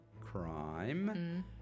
crime